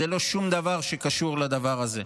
זה לא שום דבר שקשור לדבר הזה.